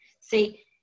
See